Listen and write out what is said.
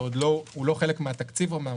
שהוא לא חלק מהתקציב אומנם,